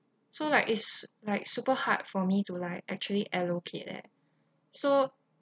so like is like super hard for me to like actually allocate leh so